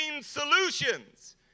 solutions